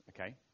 okay